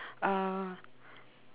uh